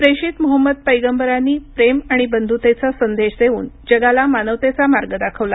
प्रेषित मोहम्मद पैगंबरांनी प्रेम आणि बंधुतेचा संदेश देऊन जगाला मानवतेचा मार्ग दाखवला